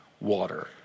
water